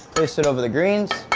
place it over the greens,